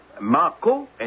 Marco